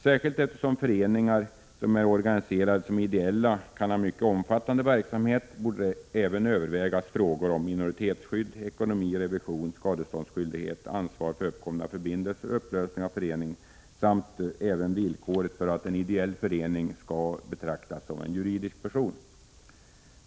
Särskilt på grund av att föreningar som är organiserade som ideella kan ha en mycket omfattande verksamhet borde även frågor om minoritetskydd, ekonomi, revision, skadeståndsskyldighet, ansvar för uppkomna förbindelser, upplösning av förening och även villkoren för att en ideell förening skall betraktas som en juridisk person övervägas.